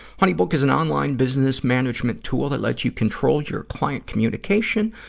honeybook is an online business management tool that lets you control your client communication,